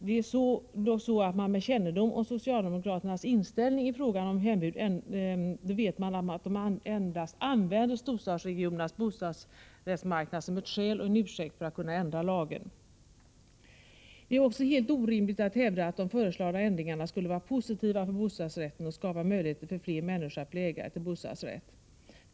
Det är dock så att man med kännedom om socialdemokraternas inställning i frågan om hembud vet att de endast använder storstadsregionernas bostadsrättsmarknad som ett skäl och en ursäkt för att kunna ändra lagen. Det är också helt orimligt att hävda att de föreslagna ändringarna skulle vara positiva för bostadsrätten och skapa möjlighet för fler människor att bli ägare till en bostadsrätt.